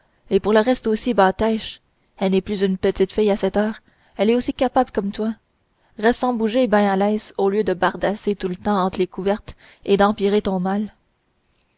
et pour le reste aussi batêche elle n'est plus une petite fille à cette heure elle est aussi capable comme toi reste sans bouger ben à l'aise au lieu de bardasser tout le temps entre les couvertes et d'empirer ton mal